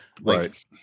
Right